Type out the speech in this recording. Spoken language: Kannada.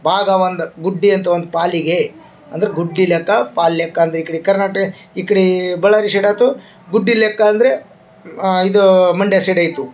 ಭಾಗ ಒಂದು ಗುಡ್ಡೆ ಅಂತ ಒಂದು ಪಾಲಿಗೆ ಅಂದ್ರೆ ಗುಡ್ಡೆ ಲೆಕ್ಕ ಪಾಲು ಲೆಕ್ಕ ಅಂದ್ರೆ ಈ ಕಡೆ ಕರ್ನಾಟಕ ಈ ಕಡೆ ಬಳ್ಳಾರಿ ಸೈಡ್ ಆಯಿತು ಗುಡ್ಡೆ ಲೆಕ್ಕ ಅಂದರೆ ಇದು ಮಂಡ್ಯ ಸೈಡ್ ಆಯಿತು